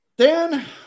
Dan